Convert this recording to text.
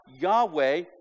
Yahweh